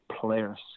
players